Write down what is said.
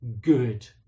good